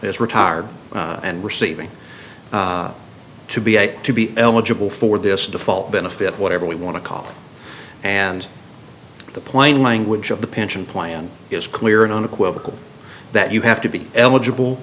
is retired and receiving to be a to be eligible for this default benefit whatever we want to call and the plain language of the pension plan is clear and unequivocal that you have to be eligible